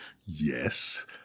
Yes